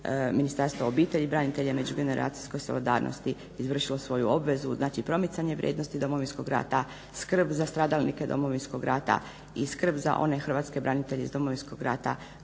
Ministarstvo obitelji, branitelja i međugeneracijske solidarnosti izvršilo svoju obvezu znači promicanje vrijednosti Domovinskog rata, skrb za stradalnike Domovinskog rata i skrb za one hrvatske branitelje iz Domovinskog rata